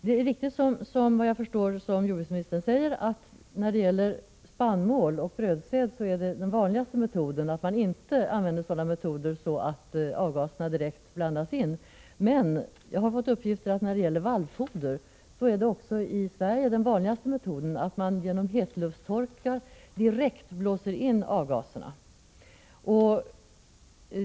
Det är riktigt som jordbruksministern säger att vanligast är när det gäller spannmål och brödsäd att man inte använder sådana metoder att avgaserna direkt blandas in. Jag har emellertid fått uppgifter om att när det gäller vallfoder är den vanligaste metoden också i Sverige att genom hetluftstorkar direkt blåsa in avgaserna.